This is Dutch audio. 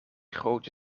grote